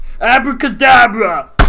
Abracadabra